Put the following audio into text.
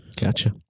Gotcha